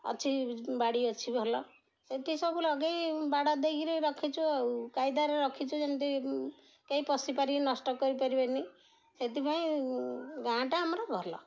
ଅଛି ବାଡ଼ି ଅଛି ଭଲ ସେଠି ସବୁ ଲଗାଇ ବାଡ଼ ଦେଇକିରି ରଖିଛୁ ଆଉ କାଇଦାରେ ରଖିଛୁ ଯେମ୍ତି କେହି ପଶିପାରି ନଷ୍ଟ କରିପାରିବେନି ସେଥିପାଇଁ ଗାଁଟା ଆମର ଭଲ